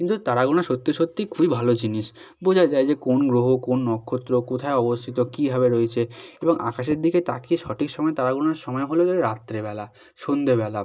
কিন্তু তারা গোনা সত্যি সত্যিই খুবই ভালো জিনিস বোঝা যায় যে কোন গ্রহ কোন নক্ষত্র কোথায় অবস্থিত কীভাবে রয়েছে এবং আকাশের দিকে তাকিয়ে সঠিক সময়ে তারা গোনার সময় হলো গিয়ে রাত্রেবেলা সন্ধ্যেবেলা